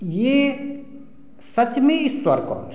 ये सच में ईश्वर को